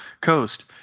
coast